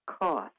cost